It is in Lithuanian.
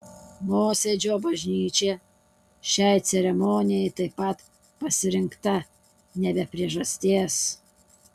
mosėdžio bažnyčia šiai ceremonijai taip pat pasirinkta ne be priežasties